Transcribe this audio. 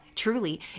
Truly